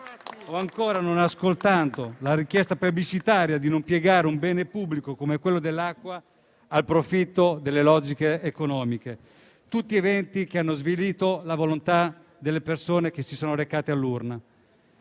O, ancora, non ascoltando la richiesta plebiscitaria di non piegare un bene pubblico come quello dell'acqua al profitto delle logiche economiche. Sono tutti eventi che hanno svilito la volontà delle persone che si sono recati alle urne.